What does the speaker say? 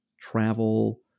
travel